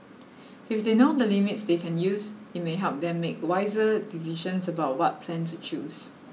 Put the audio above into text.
if they know the limits they can use it may help them make wiser decisions about what plan to choose